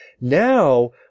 Now